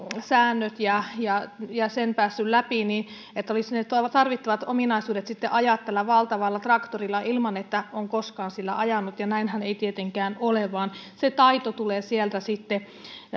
säännöt ja ja sen päässyt läpi olisi muka valmiudet ja ne tarvittavat ominaisuudet sitten ajaa tällä valtavalla traktorilla ilman että on koskaan sillä ajanut näinhän ei tietenkään ole vaan se taito tulee sitten